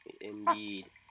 Indeed